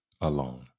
alone